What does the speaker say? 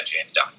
agenda